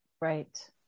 Right